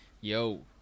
Yo